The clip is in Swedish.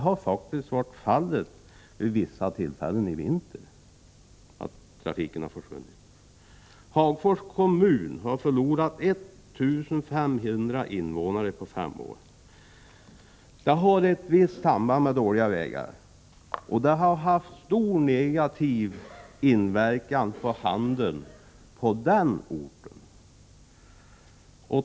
Vid vissa tillfällen i vinter har faktiskt också denna trafik försvunnit. Hagfors kommun har förlorat 1 500 invånare på fem år. Det har ett visst samband med dåliga vägar, och det har haft mycket negativ inverkan för handeln på den orten.